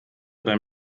beim